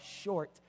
short